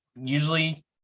Usually